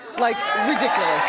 like ridiculous.